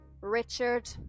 Richard